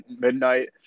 midnight